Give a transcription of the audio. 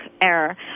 error